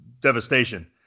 devastation